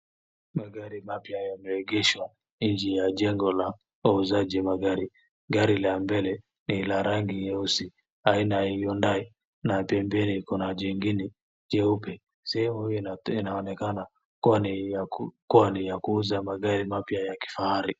Magari mapya yameegshwa nje ya jengo la wauzaji magari. Gari ya mbele ni la rangi nyeusi aina ya Hyundai na pia mbele kuna jingine jeupe. Sehemu hii inaoneka kuwa ni ya kuuza magari mapya ya kifahari.